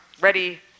ready